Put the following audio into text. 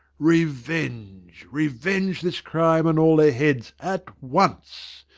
revenge, revenge this crime on all their heads at once!